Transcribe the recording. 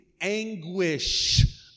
anguish